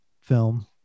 film